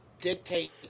dictate